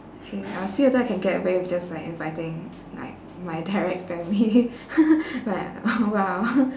K I'll see whether I can get away with just like inviting like my direct family but !wow!